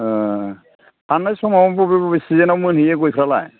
हाननाय समाव बबे बबे सिजोनाव मोनहैयो गयफ्रालाय